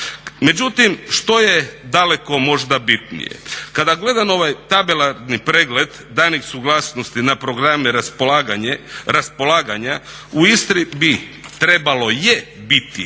Međutim što je daleko možda bitnije. Kada gledam ovaj tabelarni pregled danih suglasnosti na programe raspolaganja u Istri bi, trebalo je biti